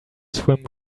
swim